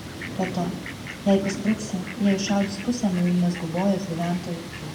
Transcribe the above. be to jei paspruksiu jie iššaudys pusę muilinės gubojos gyventojų